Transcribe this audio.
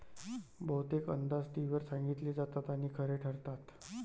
बहुतेक अंदाज टीव्हीवर सांगितले जातात आणि खरे ठरतात